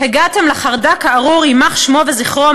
"הגעתם לחרדק הארור יימח שמו וזכרו,